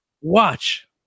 Watch